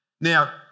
Now